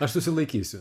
aš susilaikysiu